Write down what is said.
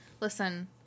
Listen